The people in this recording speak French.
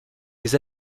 des